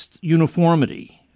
uniformity